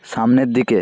সামনের দিকে